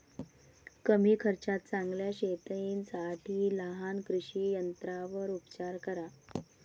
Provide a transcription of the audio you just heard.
कमी खर्चात चांगल्या शेतीसाठी लहान कृषी यंत्रांवर उपचार करा